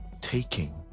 Taking